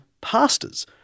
pastors